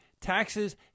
taxes